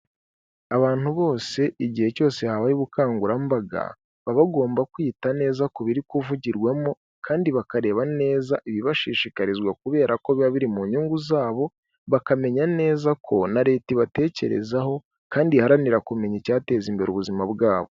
Abantu bose igihe cyose habaye ubukangurambaga baba bagomba kwita neza ku biri kuvugirwamo kandi bakareba neza ibibashishikarizwa kubera ko biba biri mu nyungu zabo bakamenya neza ko na leta ibatekerezaho kandi iharanira kumenya icyateza imbere ubuzima bwabo.